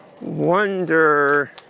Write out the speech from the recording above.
Wonder